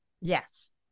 Yes